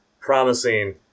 promising